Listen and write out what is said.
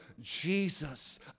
Jesus